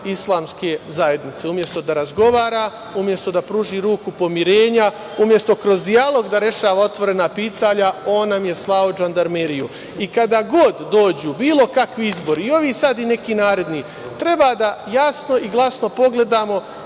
islamske zajednice. Umesto da razgovara, umesto da pruži ruku pomirenja, umesto kroz dijalog da rešava otvorena pitanja, on nam je slao žandarmeriju. Kada god dođu bilo kakvi izbori, i ovi sada i neki naredni, treba da jasno i glasno pogledamo